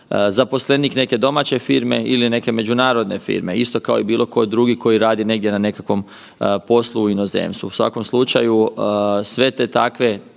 zaposlenik neke domaće firme ili neke međunarodne firme, isto kao i bilo ko drugi koji radi na nekakvom poslu u inozemstvu. U svakom slučaju sve te takve